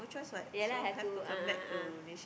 yeah lah have to a'ah a'ah